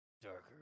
darker